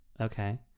okay